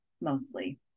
mostly